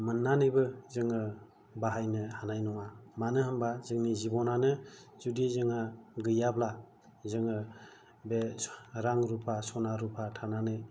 मोननानैबो जोङो बाहायनो हानाय नङा मानो होनोब्ला जोंनि जिबनानो जुदि जोंहा गैयाब्ला जोङो बे रां रुपा सना रुपा थानानै